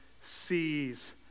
sees